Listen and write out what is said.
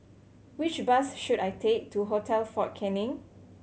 which bus should I take to Hotel Fort Canning